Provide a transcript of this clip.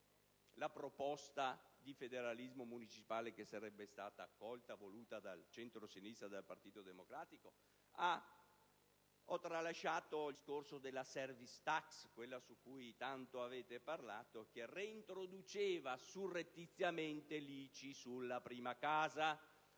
la proposta di federalismo municipale che sarebbe stata accolta e voluta dal centrosinistra e dal Partito Democratico? Ho tralasciato poi la famosa proposta della *service tax*, di cui tanto avete parlato, che reintroduceva surrettiziamente l'ICI sulla prima casa,